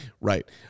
right